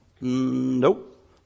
Nope